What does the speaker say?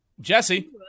jesse